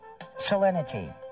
Salinity